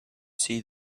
see